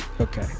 okay